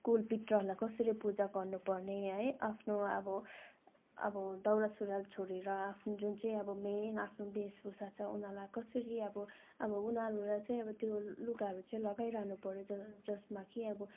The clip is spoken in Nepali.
कुल पित्रीहरूलाई कसरी पूजा गर्नुपर्ने है आफ्नो अब अब दौरा सुरुवाल छोडेर जुन चाहिँ अब आफ्नो जुन चाहिँ अब मेन अब आफ्नो वेशभूषा छ उनीहरूलाई कसरी अब अब उनीहरूलाई अब त्यो लुगाहरू चाहिँ लगाइरहनु पर्यो ज जसमा कि अब